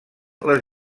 les